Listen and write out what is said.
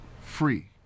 free